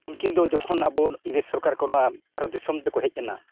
ᱩᱱᱠᱤᱱ ᱫᱚ ᱡᱚᱠᱷᱚᱱ ᱟᱵᱚ ᱤᱝᱨᱮᱹᱡᱽ ᱥᱚᱨᱠᱟᱨ ᱠᱚ ᱱᱚᱣᱟ ᱵᱷᱟᱨᱚᱛ ᱫᱤᱥᱚᱢ ᱛᱮᱠᱚ ᱦᱮᱡ ᱮᱱᱟ